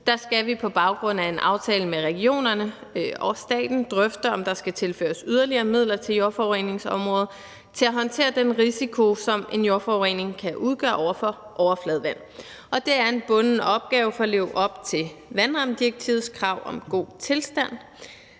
2023 skal vi på baggrund af en aftale med regionerne og staten drøfte, om der skal tilføres yderligere midler til jordforureningsområdet til at håndtere den risiko, som en jordforurening kan udgøre i forhold til overfladevand. Og det er en bunden opgave for at leve op til vandrammedirektivets krav om god tilstand.